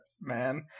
man